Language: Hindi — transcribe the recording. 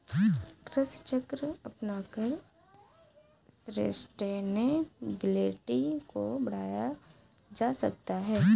कृषि चक्र अपनाकर सस्टेनेबिलिटी को बढ़ाया जा सकता है